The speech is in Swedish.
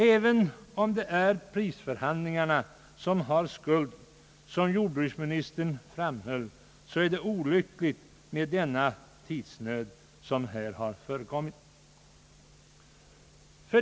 även om det är prisförhandlingarna som, enligt vad jordbruksministern framhöll, bär skulden, är det olyckligt med den tidsnöd som här förekommit.